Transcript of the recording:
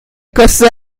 cosine